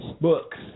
books